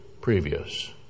previous